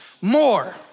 more